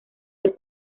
del